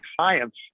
science